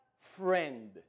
friend